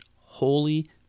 holy